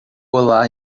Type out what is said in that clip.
olá